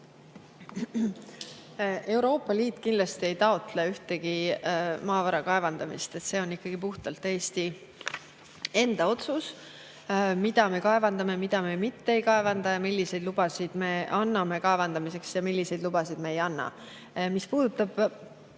Euroopa Liit kindlasti ei taotle ühegi maavara kaevandamist. See on ikkagi puhtalt Eesti enda otsus, mida me kaevandame ja mida me mitte ei kaevanda, milliseid lubasid me anname kaevandamiseks ja milliseid lubasid me ei anna. Mis puudutab